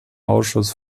ausschuss